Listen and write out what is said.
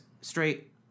Straight